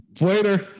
Later